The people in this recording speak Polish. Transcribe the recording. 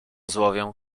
złowię